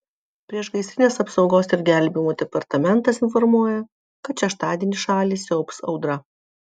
priešgaisrinės apsaugos ir gelbėjimo departamentas informuoja kad šeštadienį šalį siaubs audra